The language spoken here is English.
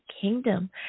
kingdom